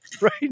right